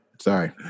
sorry